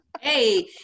Hey